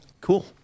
Cool